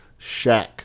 Shaq